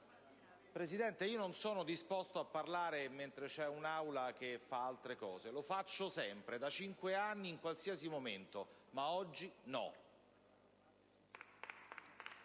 Presidente, io non sono disposto a parlare in un'Aula così distratta. Lo faccio sempre, da cinque anni, in qualsiasi momento: ma oggi no.